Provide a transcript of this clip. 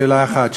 שאלה אחת.